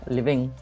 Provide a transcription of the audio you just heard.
Living